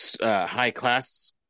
high-class